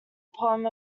poem